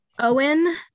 Owen